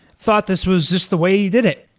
thought this was just the way you did it.